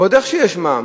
ועוד איך שיש מע"מ.